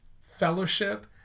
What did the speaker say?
fellowship